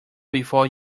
before